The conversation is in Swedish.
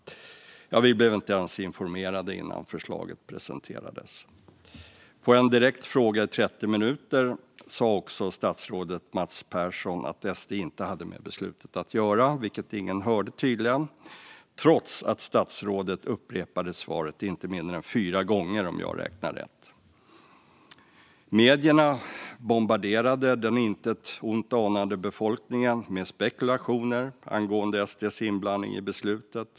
Vi blev inte ens informerade innan förslaget presenterades. På en direkt fråga i 30 minuter sa statsrådet Mats Persson att SD inte hade med beslutet att göra, vilket tydligen ingen hörde, trots att statsrådet upprepade svaret inte mindre än fyra gånger om jag räknade rätt. Medierna bombarderade den intet ont anande befolkningen med spekulationer angående SD:s inblandning i beslutet.